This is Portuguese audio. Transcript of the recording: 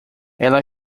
ela